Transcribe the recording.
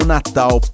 Natal